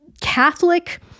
Catholic